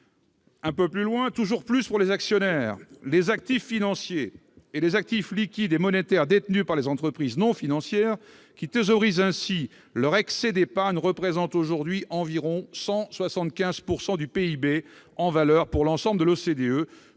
du court terme et d'une dictature des actionnaires. Les actifs financiers et les actifs liquides et monétaires détenus par les entreprises non financières qui thésaurisent ainsi leur excès d'épargne représentent aujourd'hui environ 175 % du PIB en valeur pour l'ensemble de l'OCDE,